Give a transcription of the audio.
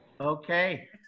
Okay